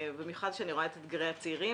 במיוחד כשאני רואה את אתגרי הצעירים.